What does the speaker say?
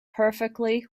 perfectly